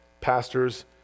pastors